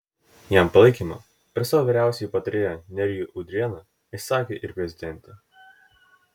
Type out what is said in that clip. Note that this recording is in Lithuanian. jam palaikymą per savo vyriausiąjį patarėją nerijų udrėną išsakė ir prezidentė